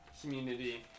community